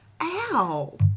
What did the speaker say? Ow